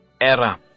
era